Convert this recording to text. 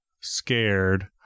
scared